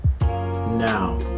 Now